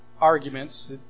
arguments